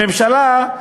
הממשלה,